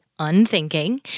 unthinking